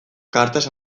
cartas